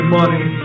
Money